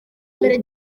mbere